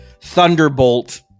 Thunderbolt